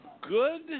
good